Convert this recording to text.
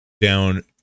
down